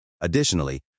Additionally